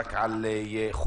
רק על חולים.